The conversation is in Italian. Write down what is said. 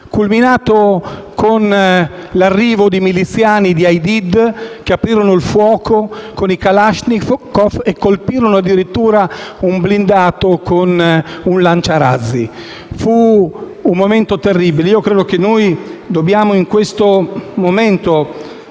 culminato con l'arrivo di miliziani di Aidid, che aprirono il fuoco con i kalashnikov e colpirono addirittura un blindato con un lanciarazzi. Fu un momento terribile. Credo che ora dobbiamo ricordare,